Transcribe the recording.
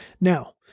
Now